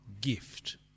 gift